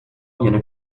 viene